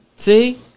See